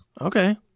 Okay